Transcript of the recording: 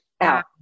out